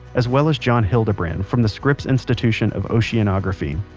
as well as john hildebrand from the scripps institution of oceanography.